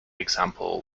example